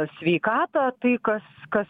sveikatą tai kas kas